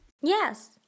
Yes